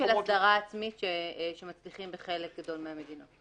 יש מנגנונים של הסדרה עצמית שמצליחים בחלק גדול מהמדינות.